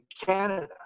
Canada